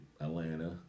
Atlanta